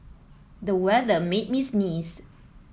the weather made me sneeze